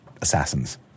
assassins